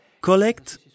Collect